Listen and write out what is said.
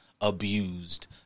abused